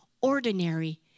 ordinary